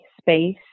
space